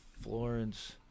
Florence